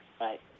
Right